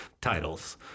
titles